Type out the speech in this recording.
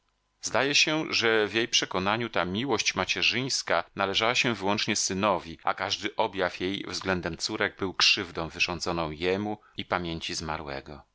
zdaje się że w jej przekonaniu ta miłość macierzyńska należała się wyłącznie synowi a każdy objaw jej względem córek był krzywdą wyrządzoną jemu i pamięci zmarłego